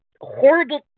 horrible